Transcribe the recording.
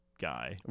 guy